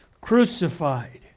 crucified